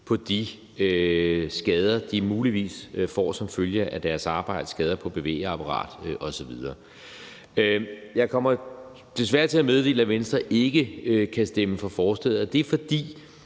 osv., de muligvis får som følge af deres arbejde. Jeg kommer desværre til at meddele, at Venstre ikke kan stemme for forslaget, og det er, fordi